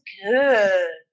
good